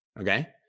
okay